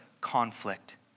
conflict